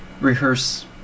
rehearse